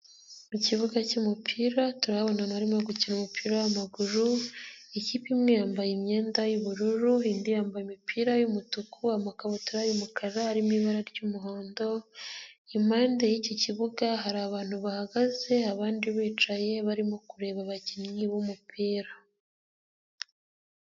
Ikibuga cy'umupira turahabona arimo gukina umupira wamaguru ikipe imwe yambaye imyenda yubururuindi yambaye imipira y'umutuku amakabutura y'umukara arimo ibara ry'umuhondo, impande y'iki kibuga hari abantu bahagaze, abandi bicaye barimo kureba abakinnyi b'umupira.